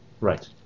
right